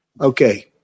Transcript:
Okay